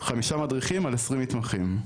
חמישה מדריכים על 20 מתמחים.